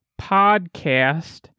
podcast